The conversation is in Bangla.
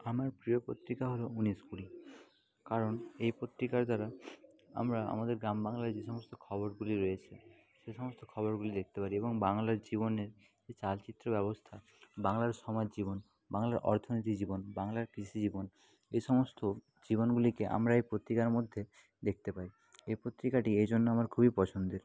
আমার প্রিয় পত্রিকা হলো উনিশ কুড়ি কারণ এই পত্রিকার দ্বারা আমরা আমাদের গ্রাম বাংলায় যে সমস্ত খবরগুলি রয়েছে সে সমস্ত খবরগুলি দেখতে পারি এবং বাংলার জীবনের যে চালচিত্র ব্যবস্থা বাংলার সমাজ জীবন বাংলার অর্থনৈতিক জীবন বাংলার কৃষি জীবন এ সমস্ত জীবনগুলিকে আমরা এই পত্রিকার মধ্যে দেখতে পাই এই পত্রিকাটি এই জন্য আমার খুবই পছন্দের